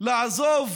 לעזוב